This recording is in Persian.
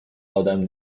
ادم